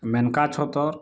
Maneka Chhatar